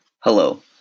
Hello